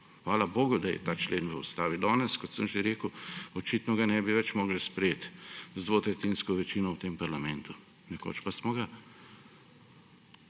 Hvala bogu, da je ta člen v ustavi; danes, kot sem že rekel, očitno ga več ne bi mogli sprejeti z dvotretjinsko večino v tem parlamentu. Nekoč pa smo ga.